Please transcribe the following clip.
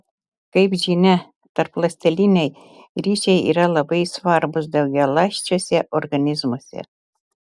kaip žinia tarpląsteliniai ryšiai yra labai svarbūs daugialąsčiuose organizmuose